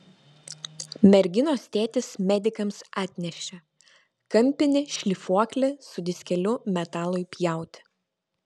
merginos tėtis medikams atnešė kampinį šlifuoklį su diskeliu metalui pjauti